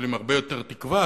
אבל עם הרבה יותר תקווה,